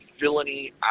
villainy